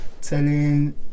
telling